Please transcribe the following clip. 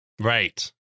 Right